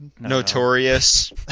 Notorious